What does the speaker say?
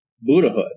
Buddhahood